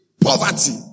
poverty